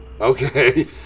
okay